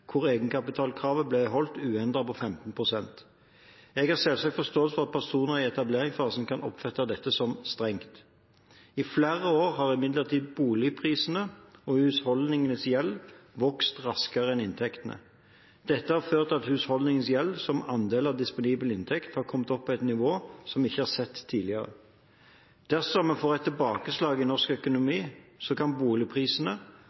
hvor egenkapitalkravet ble holdt uendret på 15 pst. Jeg har selvsagt forståelse for at personer i etableringsfasen kan oppfatte dette som strengt. I flere år har imidlertid boligprisene og husholdningenes gjeld vokst raskere enn inntektene. Dette har ført til at husholdningenes gjeld som andel av disponibel inntekt har kommet opp på et nivå vi ikke har sett tidligere. Dersom vi får et tilbakeslag i norsk